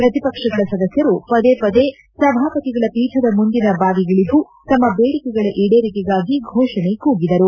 ಪ್ರತಿಪಕ್ಷಗಳ ಸದಸ್ಯರು ಪದೇ ಪದೇ ಸಭಾಪತಿಗಳ ಪೀಠದ ಮುಂದಿನ ಬಾವಿಗಿಳಿದು ತಮ್ಮ ಬೇಡಿಕೆಗಳ ಈಡೇರಿಕೆಗಾಗಿ ಘೋಷಣೆ ಕೂಗಿದರು